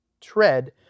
tread